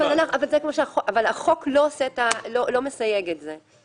אבל החוק לא מסייג את זה.